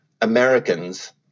Americans